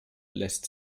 lässt